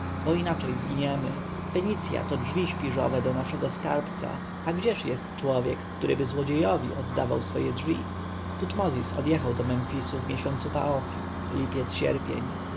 bo inaczej zginiemy fenicja to drzwi śpiżowe do naszego skarbca a gdzie jest człowiek któryby złodziejowi oddawał swoje drzwi tutmozis odjechał do memfisu w miesiącu paofi lipiec sierpień